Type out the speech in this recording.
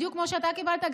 בדיוק כמו שאתה קיבלת,